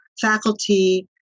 faculty